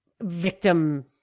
victim